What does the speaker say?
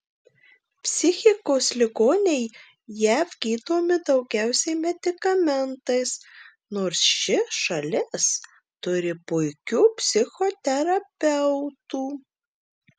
psichikos ligoniai jav gydomi daugiausiai medikamentais nors ši šalis turi puikių psichoterapeutų